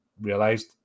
realized